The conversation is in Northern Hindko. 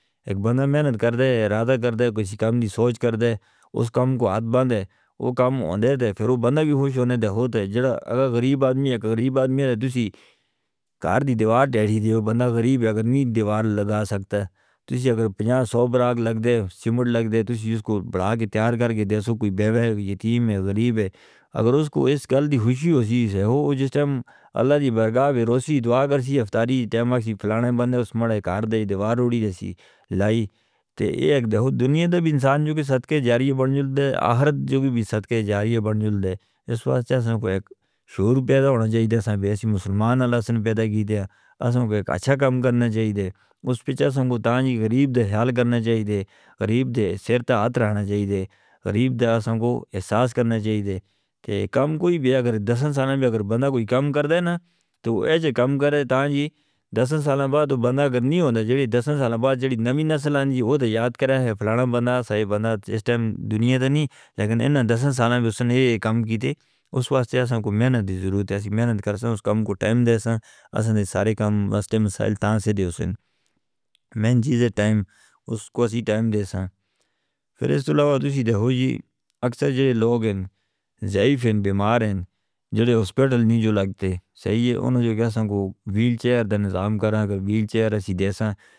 ایک بندہ محنت کردے، ارادہ کردے، کسی کام دی سوچ کردے، اس کام کو عادت بند ہے، وہ کام ہوندے دے، پھر وہ بندہ بھی خوش ہوندے دے، ہوتا ہے، اگر غریب آدمی ہے، اگر غریب آدمی ہے، تسی کار دی دیوار ٹیٹھی دے، وہ بندہ غریب ہے، اگر وہ دیوار لگا سکتا ہے، تسی اگر پیناں سو براج لگ دے، شمڑ لگ دے، تسی اس کو بڑا کے تیار کر کے دے سو کوئی بے وے یتیم ہے، غریب ہے، اگر اس کو اس کل دی خوشی ہو سی، وہ جس ٹائم اللہ دی بکھا ہے، وہ اسی دعا کرسی، افتاری دی ٹیمہ کی فلانے بندہ اس مردے کار دے دیوار روڑی دیسی، لائی۔ تو یہ ایک دنیا دے بھی انسان جو کہ صدقے جاریہ بن جندے، آخرت جو بھی صدقے جاریہ بن جندے، اس واسطے ہمیں کوئی ایک شعور پیدا ہونا چاہیدے، ہمیں ویسے مسلمان اللہ سے پیدا کیتے ہیں، ہمیں کوئی ایک اچھا کام کرنا چاہیدے، اس پچھر ہمیں کوئی غریب دے حال کرنا چاہیدے، غریب دے سر تے ہاتھ رہنا چاہیدے، غریب دے ہمیں کوئی احساس کرنا چاہیدے، کہ ایک کام کوئی بھی اگر دسنس آنا بھی اگر بندہ کوئی کام کردے نا، تو ایجے کام کردے تانجی، دسنس آنا بعد تو بندہ اگر نہیں ہوندہ جو بھی دسنس آنا بعد جو بھی نوی نسلان جی، وہ تو یاد کر رہے ہیں فلانا بندہ، صاحب بندہ، اس ٹائم دنیا دے نہیں، لیکن ایننا دسنس آنا بھی اس نے ایک کام کیتے، اس واسطے ہمیں کوئی محنت دی ضرورت ہے، محنت کرساں اس کام کو ٹائم دے سان، اس نے سارے کام اس ٹیم مسائل تان سے دے سان، مین چیز ہے ٹائم، اس کو اسی ٹائم دے سان۔ پھر اس طرح وہ جی اکثر جو لوگ ہیں زائیف ہیں، بیمار ہیں، جو نے ہسپیٹل نہیں جو لگتے، صحیح ہے انہوں نے جو کیا سان کو ویل چیئر دا نظام کرنا، اگر ویل چیئر اسی دے سان.